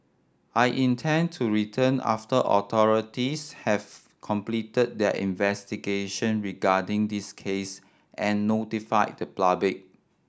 I intend to return after authorities have completed their investigation regarding this case and notified the public